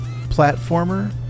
platformer